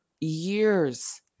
years